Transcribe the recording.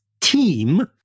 team